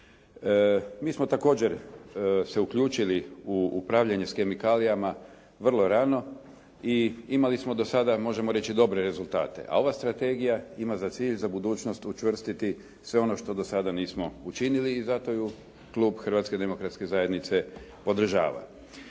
Mi smo također se uključili u upravljanje s kemikalijama vrlo rano i imali smo do sada možemo reći dobre rezultate, a ova strategija ima za cilj za budućnost učvrstiti sve ono što do sada nismo učinili. I zato ju Klub Hrvatske demokratske zajednice podržava.